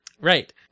Right